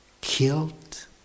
Killed